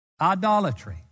idolatry